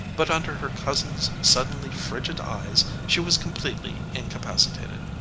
but under her cousin's suddenly frigid eyes she was completely incapacitated.